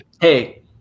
hey